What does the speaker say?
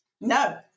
No